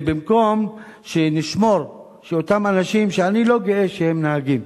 במקום שנשמור שאותם אנשים, שאני לא גאה שהם נהגים.